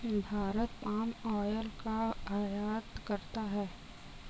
Bharat palm oil का आयात करता है